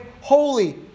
holy